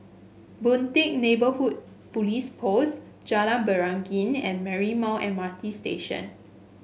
Boon Teck Neighbourhood Police Post Jalan Beringin and Marymount M R T Station